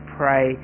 pray